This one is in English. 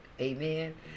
Amen